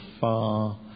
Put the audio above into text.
far